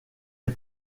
est